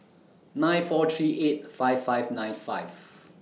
nine four three eight five five nine five